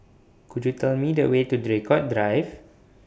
Could YOU Tell Me The Way to Draycott Drive